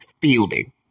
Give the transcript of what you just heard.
fielding